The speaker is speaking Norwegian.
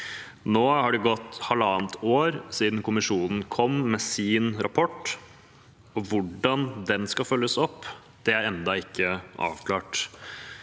Nå har det gått halvannet år siden kommisjonen kom med sin rapport, og hvordan den skal følges opp, er ennå ikke blitt